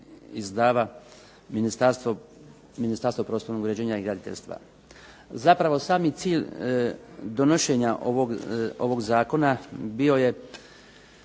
izdava Ministarstvo prostornog uređenja i graditeljstva. Zapravo sami cilj donošenja ovog Zakona bio je